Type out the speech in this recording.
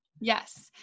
Yes